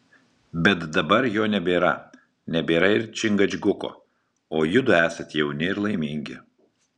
bet dabar jo nebėra nebėra ir čingačguko o judu esat jauni ir laimingi